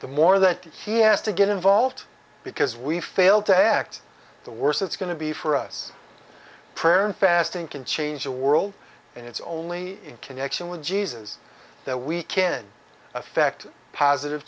the more that he has to get involved because we fail to act the worse it's going to be for us prayer and fasting can change the world and it's only in connection with jesus that we can effect positive